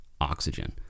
oxygen